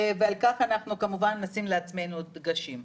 ועל כך כמובן נשים לעצמנו דגשים.